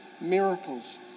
miracles